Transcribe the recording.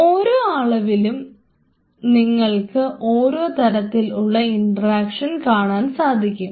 ഓരോ അളവിലും നിങ്ങൾക്ക് ഓരോ തരത്തിലുള്ള ഇൻട്രാക്ഷൻ കാണാൻ സാധിക്കും